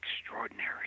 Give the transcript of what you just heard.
extraordinary